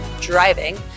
driving